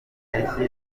gaheshyi